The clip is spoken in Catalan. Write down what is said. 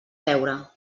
beure